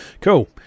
cool